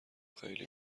خیلی